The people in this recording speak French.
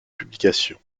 publication